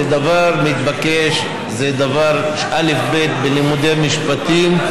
זה דבר מתבקש, זה אלף-בית בלימודי משפטים,